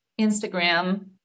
Instagram